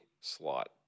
slot